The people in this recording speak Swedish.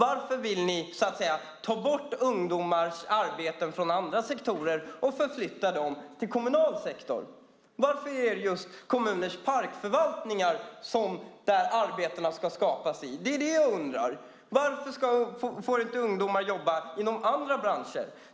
Varför vill ni ta bort ungdomars arbeten från andra sektorer och förflytta dem till kommunal sektor? Varför är det just kommuners parkförvaltningar som arbetena ska skapas i? Det är detta jag undrar. Varför får inte ungdomar jobba inom andra branscher?